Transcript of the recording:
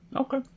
Okay